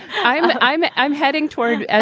i'm i'm i'm heading toward us.